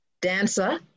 dancer